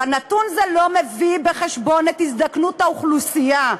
אבל נתון זה לא מביא בחשבון את הזדקנות האוכלוסייה.